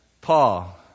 Paul